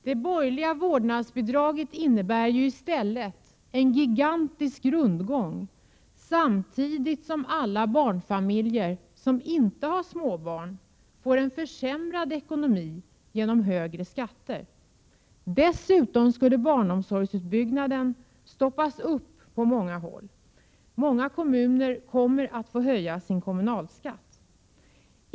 Det borgerliga vårdnadsbidraget innebär ju i stället en gigantisk rundgång, samtidigt som alla barnfamiljer som inte har småbarn får en försämrad ekonomi genom högre skatter. Dessutom skulle barnomsorgsutbyggnaden minska på många håll. Många kommuner kommer att få höja sin kommunalskatt.